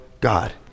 God